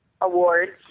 awards